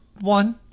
one